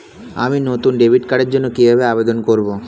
আমি নতুন ডেবিট কার্ডের জন্য কিভাবে আবেদন করব?